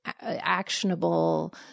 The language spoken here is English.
actionable